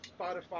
Spotify